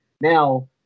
Now